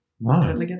no